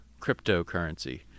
cryptocurrency